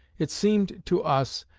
it seemed to us,